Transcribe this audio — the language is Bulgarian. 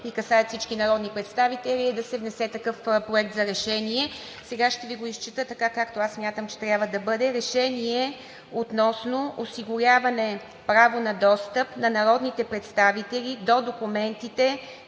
и касаят всички народни представители, е да се внесе такъв проект за решение. Сега ще Ви го изчета така, както аз смятам, че трябва да бъде: „Проект! РЕШЕНИЕ относно осигуряване право на достъп на народните представители до документите